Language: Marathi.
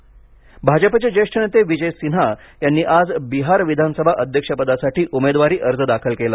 बिहार भाजपचे ज्येष्ठ नेते विजय सिन्हा यांनी आज बिहार विधानसभा अध्यक्ष पदासाठी उमेदवारी अर्ज दाखल केला